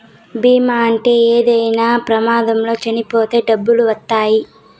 బీమా ఉంటే ఏమైనా ప్రమాదంలో చనిపోతే డబ్బులు వత్తాయి